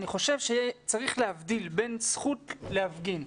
אני חושב שצריך להבדיל בין זכות להפגין,